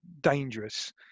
dangerous